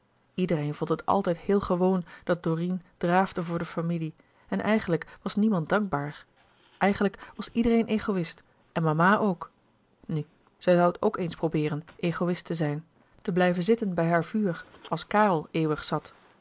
iedereen vond het altijd heel gewoon dat dorine draafde voor de familie en eigenlijk was niemand dankbaar eigenlijk was iedereen egoïst en mama ook nu zij zoû het ook eens probeeren egoïst te zijn te blijven zitten bij haar vuur als karel eeuwig zat